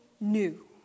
new